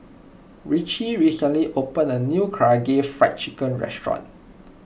Richie recently opened a new Karaage Fried Chicken restaurant